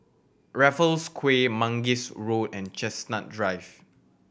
Raffles Quay Mangis Road and Chestnut Drive